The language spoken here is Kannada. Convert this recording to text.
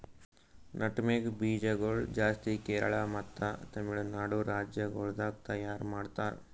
ನಟ್ಮೆಗ್ ಬೀಜ ಗೊಳ್ ಜಾಸ್ತಿ ಕೇರಳ ಮತ್ತ ತಮಿಳುನಾಡು ರಾಜ್ಯ ಗೊಳ್ದಾಗ್ ತೈಯಾರ್ ಮಾಡ್ತಾರ್